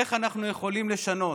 איך אנחנו יכולים לשנות?